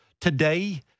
today